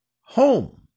home